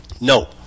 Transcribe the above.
No